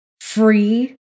free